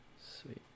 Sweet